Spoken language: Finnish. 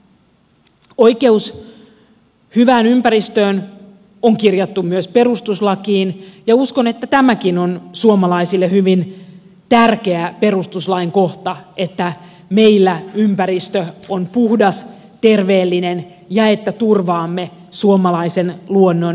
oikeus hyvään ympäristöön on kirjattu myös perustuslakiin ja uskon että tämäkin on suomalaisille hyvin tärkeä perustuslain kohta että meillä ympäristö on puhdas terveellinen ja että turvaamme suomalaisen luonnon moninaisuuden